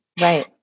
Right